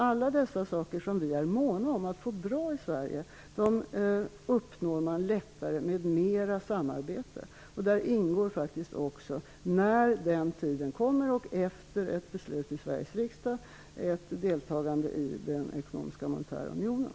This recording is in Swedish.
Allt det som vi i Sverige är måna om att få bra uppnår man lättare genom mer samarbete. När den tiden kommer, efter ett beslut i Sveriges riksdag, ingår faktiskt ett deltagande i den ekonomiska monetära unionen.